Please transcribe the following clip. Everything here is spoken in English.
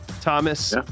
Thomas